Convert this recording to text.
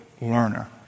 learner